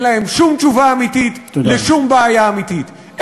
להם שום תשובה אמיתית לשום בעיה אמיתית.